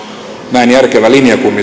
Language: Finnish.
näin järkevä linja kuin